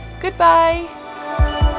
Goodbye